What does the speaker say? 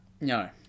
No